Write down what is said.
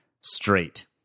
straight